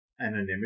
anonymity